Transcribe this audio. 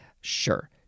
Sure